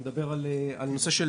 שמדבר על הנושא של